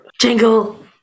jingle